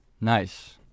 Nice